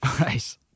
Right